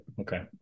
Okay